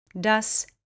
Das